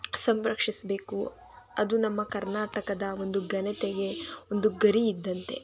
ಸಂರಕ್ಷಿಸಬೇಕು ಅದು ನಮ್ಮ ಕರ್ನಾಟಕದ ಒಂದು ಘನತೆಗೆ ಒಂದು ಗರಿ ಇದ್ದಂತೆ